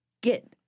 get